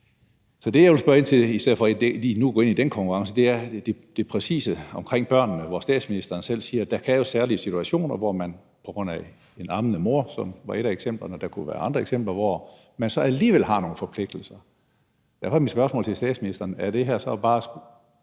Så det, jeg vil spørge ind til i stedet for lige nu at gå ind i den konkurrence, er det præcise omkring børnene, hvor statsministeren selv siger, at der jo kan være særlige situationer – på grund af en ammende mor, som var et af eksemplerne, og der kunne være andre eksempler – hvor man så alligevel har nogle forpligtelser. Derfor er mit spørgsmål til statsministeren: Handler det her så bare